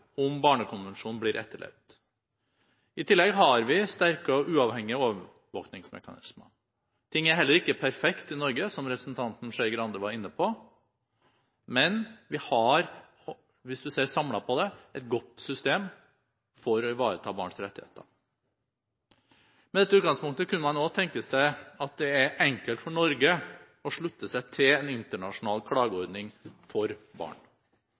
om Barnekonvensjonen blir etterlevd. I tillegg har vi sterke og uavhengige overvåkingsmekanismer. Ting er heller ikke perfekte i Norge, som representanten Skei Grande var inne på, men vi har, samlet sett, et godt system for å ivareta barns rettigheter. Med dette utgangspunktet kunne man også tenke seg at det er enkelt for Norge å slutte seg til en internasjonal klageordning for barn.